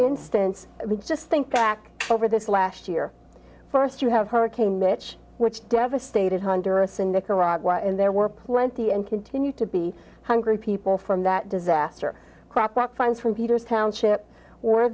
instance we just think back over this last year first you have hurricane mitch which devastated honduras and nicaragua and there were plenty and continue to be hungry people from that disaster crap that finds from peter's township or